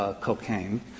cocaine